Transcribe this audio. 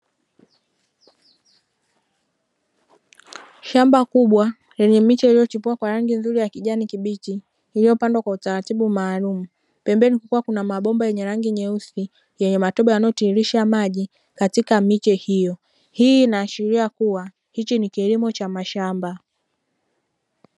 Shamba kubwa lenye miche iliyochipua kwa rangi nzuri ya kijani kibichi iliyopandwa kwa utaratibu maalumu pembeni kukiwa kuna mabomba yenye rangi nyeusi yenye matobo yanayotiririsha maji katika miche hiyo hii inaashiria kuwa hichi ni kilimo cha mashamba.